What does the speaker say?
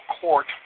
court